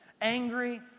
angry